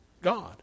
God